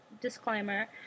disclaimer